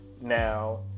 Now